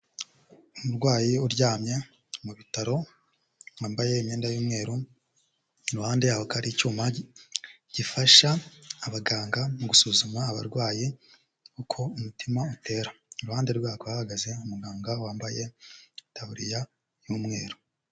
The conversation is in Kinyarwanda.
Umurwayi uryamye mu bitaro, wambaye imyenda y'umweru, iruhande yaho hakaba hari icyuma gifasha abaganga mu gusuzuma abarwayi uko umutima utera, iruhande rwe bakaba hahagaze umuganga wambaye itaburiya y'umweru.